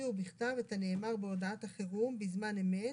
ויביאו בכתב את הנאמר בהודעת החירום, בזמן אמת,